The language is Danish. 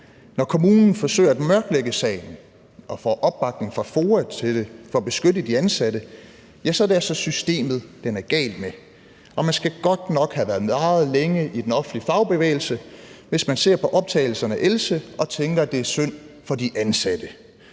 Når kommunen forsøger at mørklægge sagen og får opbakning fra FOA til det for at beskytte de ansatte, ja, så er det systemet, den er gal med. Man skal godt nok have været meget længe i den offentlige fagbevægelse, hvis man ser på optagelserne af Else og tænker, at det er synd for de ansatte.